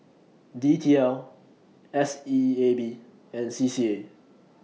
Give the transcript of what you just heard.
D T L S E A B and C C A